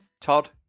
Todd